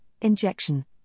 injection